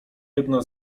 jedna